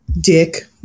Dick